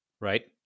right